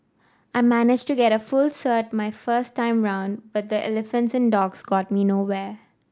I managed to get a full cert my first time round but the Elephants and Dogs got me nowhere